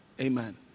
Amen